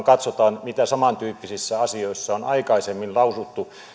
vaan katsotaan mitä samantyyppisissä asioissa on aikaisemmin lausuttu